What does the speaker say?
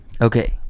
Okay